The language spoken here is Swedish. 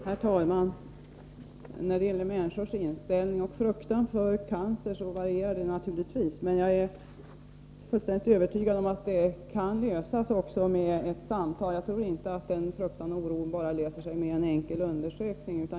Herr talman! Människors inställning till och fruktan för cancer varierar naturligtvis, men jag är fullständigt övertygad om att det här problemet kan lösas med ett samtal. Jag tror inte att denna fruktan och oro avhjälps bara genom en enkel undersökning.